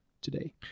today